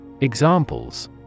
Examples